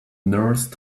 nurse